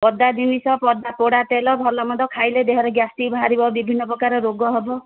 ଅଧା ଜିନିଷ ପୋଡ଼ା ତେଲ ଭଲ ମନ୍ଦ ଖାଇଲେ ଦେହରେ ଗ୍ୟାସ୍ଟିକ୍ ବାହାରିବ ବିଭିନ୍ନ ପ୍ରକାର ରୋଗ ହେବ